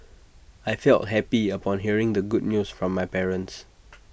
I felt happy upon hearing the good news from my parents